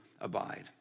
abide